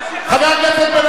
חבר הכנסת בן-ארי.